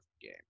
game